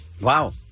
Wow